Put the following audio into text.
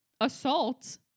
assault